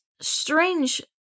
strange